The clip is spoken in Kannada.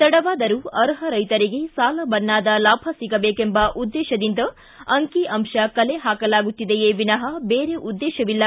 ತಡವಾದರೂ ಅರ್ಹ ರೈತರಿಗೆ ಸಾಲ ಮನ್ನಾದ ಲಾಭ ಸಿಗಬೇಕೆಂಬ ಉದ್ದೇಶದಿಂದ ಅಂಕಿ ಅಂಶ ಕಲೆ ಹಾಕಲಾಗುತ್ತಿದೆಯೇ ವಿನಹಃ ಬೇರೆ ಉದ್ದೇಶವಿಲ್ಲ